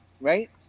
right